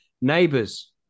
neighbors